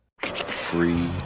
Free